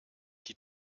die